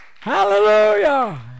Hallelujah